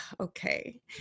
okay